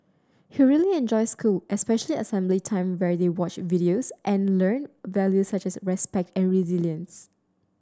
he really enjoys school especially assembly time where they watch videos and learn values such as respect and resilience